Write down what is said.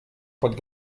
pot